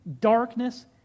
darkness